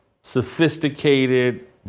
sophisticated